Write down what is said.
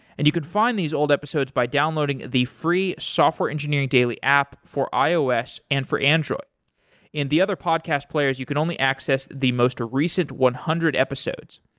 and you could find these old episodes by downloading the free software engineering daily app for ios and for android in the other podcast players, you can only access the most recent one hundred episodes.